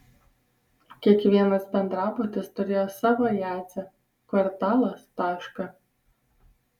kiekvienas bendrabutis turėjo savo jadzę kvartalas tašką